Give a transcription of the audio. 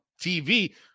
TV